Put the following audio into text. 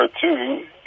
two